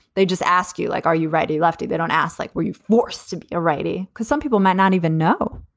they just ask you, like, are you ready, lefty? they don't ask, like, were you forced to be a righty? because some people may not even know.